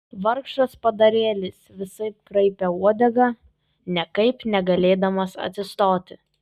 vargšas padarėlis visaip kraipė uodegą niekaip negalėdamas atsistoti